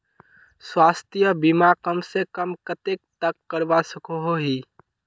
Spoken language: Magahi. स्वास्थ्य बीमा कम से कम कतेक तक करवा सकोहो ही?